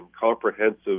comprehensive